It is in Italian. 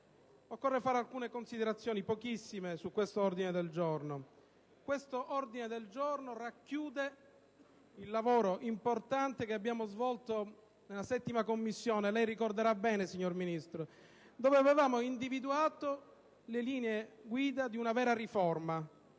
Occorre fare alcune considerazioni - pochissime - sull'ordine del giorno in esame. Questo ordine del giorno racchiude il lavoro importante che abbiamo svolto in 7a Commissione - lo ricorderà bene, signor Ministro - dove avevamo individuato le linee guida di una vera riforma